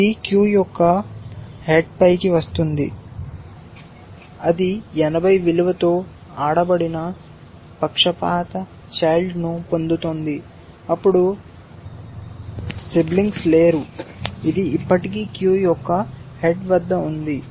ఇది క్యూ యొక్క తలపైకి వస్తుంది అది 80 విలువతో ఆడబడిన పక్షపాత చైల్డ్ను పొందుతుంది అప్పుడు సిబ్లింగ్స్ లేరు ఇది ఇప్పటికీ క్యూ యొక్క హెడ్ వద్ద ఉంది